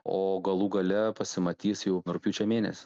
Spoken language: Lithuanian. o galų gale pasimatys jau rugpjūčio mėnesį